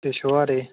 ते शुहारे